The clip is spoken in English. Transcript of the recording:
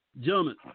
Gentlemen